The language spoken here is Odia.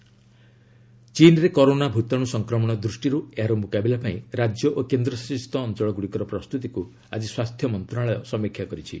ହେଲ୍ଥ୍ କରେନା ଭାଇରସ୍ ଚୀନ୍ରେ କରୋନା ଭୂତାଣ ସଂକ୍ରମଣ ଦୃଷ୍ଟିରୁ ଏହାର ମୁକାବିଲା ପାଇଁ ରାଜ୍ୟ ଓ କେନ୍ଦ୍ରଶାସିତ ଅଞ୍ଚଳଗୁଡ଼ିକର ପ୍ରସ୍ତୁତିକୁ ଆଜି ସ୍ୱାସ୍ଥ୍ୟ ମନ୍ତ୍ରଣାଳୟ ସମୀକ୍ଷା କରିଛି